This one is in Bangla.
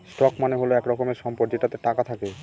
স্টক মানে হল এক রকমের সম্পদ যেটাতে টাকা থাকে